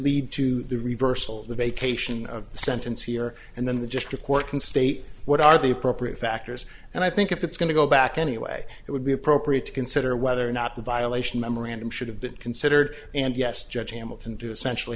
lead to the reversal the vacation of the sentence here and then the district court can state what are the appropriate factors and i think if it's going to go back any way it would be appropriate to consider whether or not the violation memorandum should have been considered and yes judge hamilton do essential